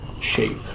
shape